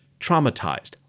traumatized